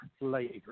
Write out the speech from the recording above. later